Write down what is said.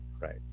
right